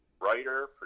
writer